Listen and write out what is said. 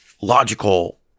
Logical